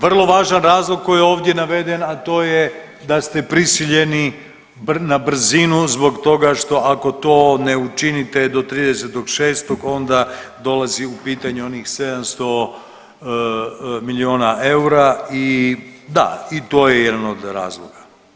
Vrlo važan razlog koji je ovdje naveden, a to je da ste prisiljeni na brzinu zbog toga što ako to ne učinite do 30.6. onda dolazi u pitanje onih 700 miliona eura i da i to je jedan od razloga.